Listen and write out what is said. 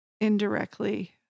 indirectly